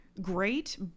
great